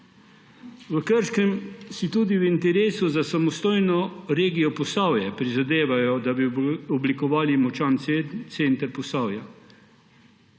V Krškem si tudi v interesu za samostojno regijo Posavje prizadevajo, da bi oblikovali močan center Posavje.